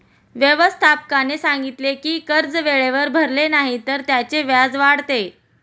व्यवस्थापकाने सांगितले की कर्ज वेळेवर भरले नाही तर त्याचे व्याज वाढते